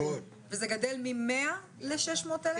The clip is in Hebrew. וזה גדל מ-100,000 ל-600,000?